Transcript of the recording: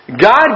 God